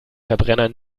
verbrenner